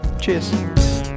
Cheers